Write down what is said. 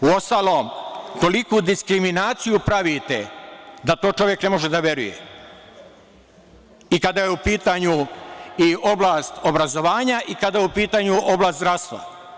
Uostalom, toliku diskriminaciju pravite da to čovek ne može da veruje, kada je u pitanju i oblast obrazovanja i kada je u pitanju oblast zdravstva.